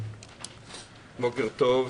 בוקר טוב.